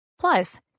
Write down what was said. Plus